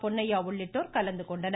பொன்னையா உள்ளிட்டோர் கலந்துகொண்டனர்